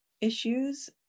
issues